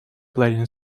playing